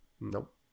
Nope